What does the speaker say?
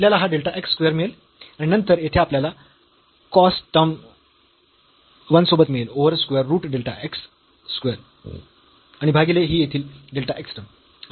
तर आपल्याला हा डेल्टा x स्क्वेअर मिळेल आणि नंतर येथे आपल्याला कॉस्ट टर्म 1 सोबत मिळेल over square root delta x square आणि भागीले ही येथील डेल्टा x टर्म आणि हे 0 आहे